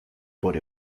por